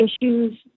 issues